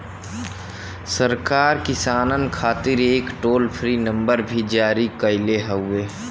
सरकार किसानन खातिर एक टोल फ्री नंबर भी जारी कईले हउवे